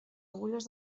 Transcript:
agulles